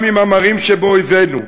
גם עם המרים שבאויבינו,